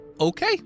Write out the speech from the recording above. Okay